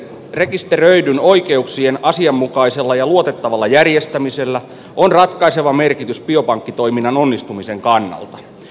rekisteröidyn oikeuksien asianmukaisella ja luotettavalla järjestämisellä on ratkaiseva merkitys biopankkitoiminnan onnistumisen kannalta